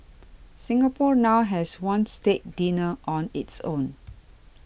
Singapore now has one state dinner on its own